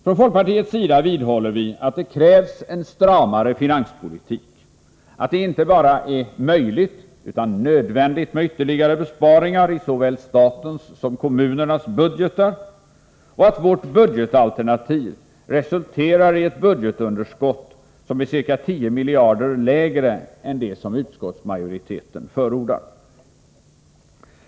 Från folkpartiets sida vidhåller vi att det krävs en stramare finanspolitik, att det inte bara är möjligt utan också nödvändigt med ytterligare besparingar i såväl statens som kommunernas budgetar och att vårt budgetalternativ resulterar i ett budgetunderskott som är ca 10 miljarder lägre än det som utskottsmajoriteten förordar.